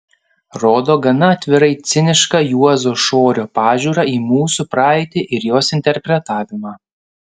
rodo gana atvirai cinišką juozo šorio pažiūrą į mūsų praeitį ir jos interpretavimą